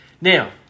Now